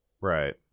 Right